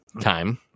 time